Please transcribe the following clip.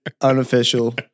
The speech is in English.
unofficial